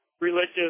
religious